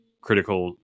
critical